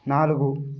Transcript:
నాలుగు